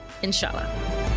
Inshallah